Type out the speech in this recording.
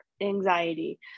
anxiety